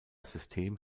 system